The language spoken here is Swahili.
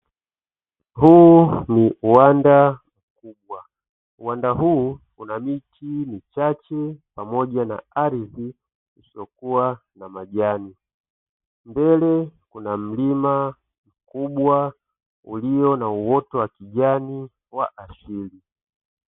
Huu ni uwanda mkubwa, uwanda huu una miti michache pamoja na ardhi isiyokuwa na majani mbele kuna mlima mkubwa ulio na uoto wa kijani wa asili.